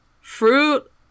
Fruit